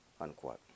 Unquote